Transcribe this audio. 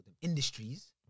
industries